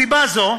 מסיבה זו,